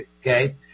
Okay